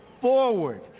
forward